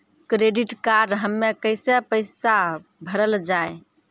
Credit card हम्मे कैसे पैसा भरल जाए?